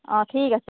অ' ঠিক আছে